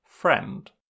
friend